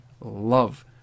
love